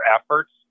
efforts